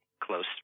close